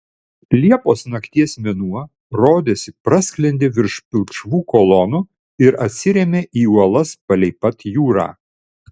liepos nakties mėnuo rodėsi prasklendė virš pilkšvų kolonų ir atsirėmė į uolas palei pat jūrą